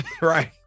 Right